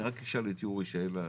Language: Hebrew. אני רק אשאל את יורי שאלה.